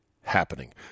happening